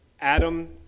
Adam